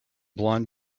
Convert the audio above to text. blond